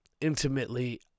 intimately